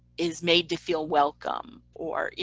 is made to feel welcome or,